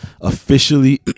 officially